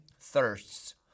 thirsts